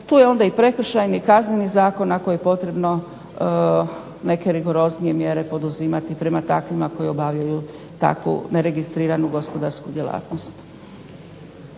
Tu je onda i Prekršajni i Kazneni zakon ako je potrebno neke rigoroznije mjere poduzimati prema takvima koji obavljaju takvu neregistriranu gospodarsku djelatnost.